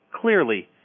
clearly